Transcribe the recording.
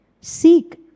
Seek